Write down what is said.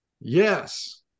yes